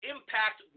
Impact